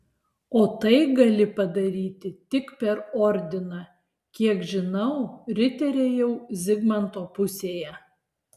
o tai gali padaryti tik per ordiną kiek žinau riteriai jau zigmanto pusėje